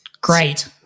great